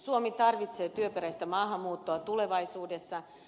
suomi tarvitsee työperäistä maahanmuuttoa tulevaisuudessa